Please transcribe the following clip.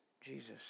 Jesus